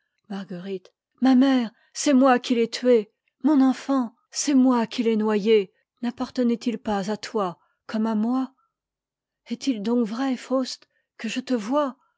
marguerite ma mère c'est moi qui fat tuée mon enfant faust marguerite marguerite faust marguerite faust marguerite faust marguerite c'est moi qui l'ai noyé nappartenait il pas à toi comme à moi est-il donc vrai faust que je te voie